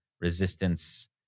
resistance